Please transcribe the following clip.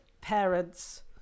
parents